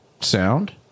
sound